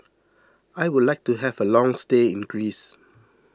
I would like to have a long stay in Greece